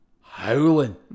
howling